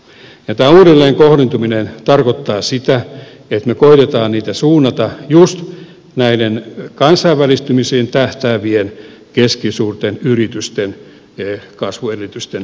tämä uudelleenkohdentuminen tarkoittaa sitä että me koetamme niitä suunnata just näiden kansainvälistymiseen tähtäävien keskisuurten yritysten kasvuedellytysten rakentamiseen